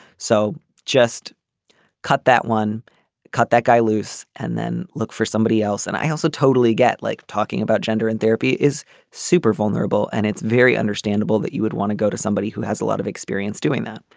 so just cut that one cut that guy loose and then look for somebody else and i also totally get like talking about gender and therapy is super vulnerable and it's very understandable that you would want to go to somebody who has a lot of experience doing that.